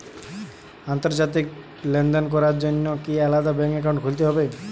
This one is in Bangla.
আন্তর্জাতিক লেনদেন করার জন্য কি আলাদা ব্যাংক অ্যাকাউন্ট খুলতে হবে?